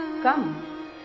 Come